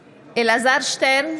שפע,